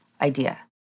idea